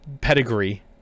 pedigree